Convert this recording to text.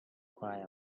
cry